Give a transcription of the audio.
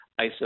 ISO